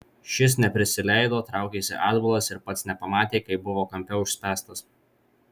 šis neprisileido traukėsi atbulas ir pats nepamatė kaip buvo kampe užspęstas